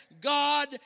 God